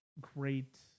great